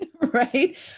Right